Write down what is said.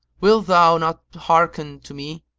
wilt thou not hearken to me?